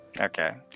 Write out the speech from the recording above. Okay